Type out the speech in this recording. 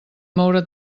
moure